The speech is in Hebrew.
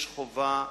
יש חובה,